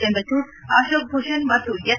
ಚಂದ್ರಚೂಡ್ ಅಶೋಕ್ ಭೂಷಣ್ ಮತ್ತು ಎಸ್